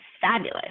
fabulous